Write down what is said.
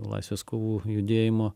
laisvės kovų judėjimo